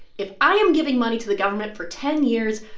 if i am giving money to the government for ten years,